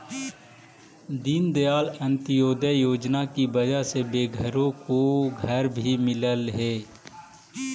दीनदयाल अंत्योदय योजना की वजह से बेघरों को घर भी मिललई हे